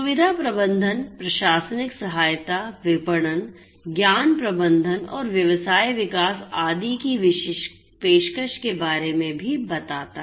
सुविधा प्रबंधन प्रशासनिक सहायता विपणन ज्ञान प्रबंधन और व्यवसाय विकास आदि की पेशकश के बारे में भी बताता है